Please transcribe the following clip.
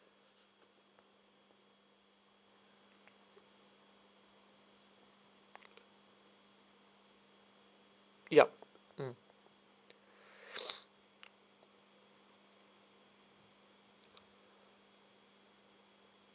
yup mm